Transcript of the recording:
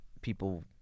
people